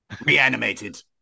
reanimated